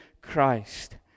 Christ